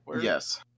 Yes